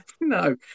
No